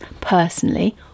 personally